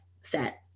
set